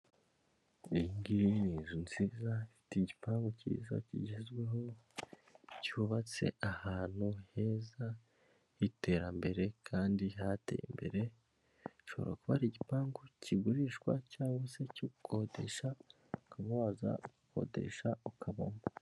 Iyi ngiyi ni inzu nziza ifite kipangu kigezweho cyubatse ahantu heza h'iterambere kandi hateye imbere, gishobora kuba ari igipangu kigurishwa cyangwa se gikodeshwa ukaba waza gukodesha ukabamo.